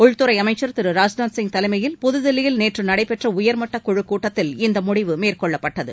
உள்துறை அமைச்ச் திரு ராஜ்நாத் சிங் தலைமையில் புதுதில்லியில் நேற்று நடைபெற்ற உயர்மட்ட குழுக் கூட்டத்தில் இம்முடிவு மேற்கொள்ளப்பட்டது